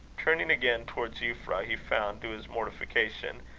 turning again towards euphra, he found, to his mortification,